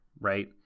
right